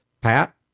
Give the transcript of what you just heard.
Pat